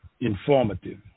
informative